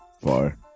far